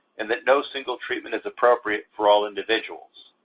in that no single treatment is appropriate for all individuals,